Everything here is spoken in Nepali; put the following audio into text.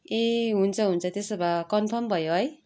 ए हुन्छ हुन्छ त्यसो भए कन्फर्म भयो है